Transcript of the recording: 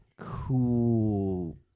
cool